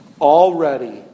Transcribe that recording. already